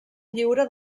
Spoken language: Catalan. lliure